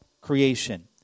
creation